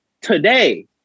Today